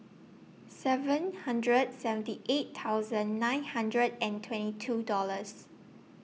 seven hundred seventy eight thousand nine hundred and twenty two Dollars